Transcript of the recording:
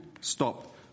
stop